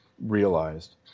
realized